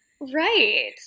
Right